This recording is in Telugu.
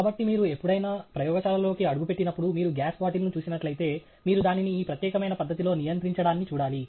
కాబట్టి మీరు ఎప్పుడైనా ప్రయోగశాలలోకి అడుగుపెట్టినప్పుడు మీరు గ్యాస్ బాటిల్ను చూసినట్లయితే మీరు దానిని ఈ ప్రత్యేకమైన పద్ధతిలో నియంత్రించడాన్ని చూడాలి